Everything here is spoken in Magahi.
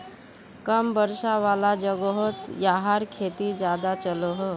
कम वर्षा वाला जोगोहोत याहार खेती ज्यादा चलोहो